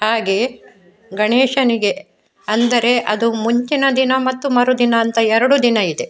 ಹಾಗೆ ಗಣೇಶನಿಗೆ ಅಂದರೆ ಅದು ಮುಂಚಿನ ದಿನ ಮತ್ತು ಮರುದಿನ ಅಂತ ಎರಡು ದಿನ ಇದೆ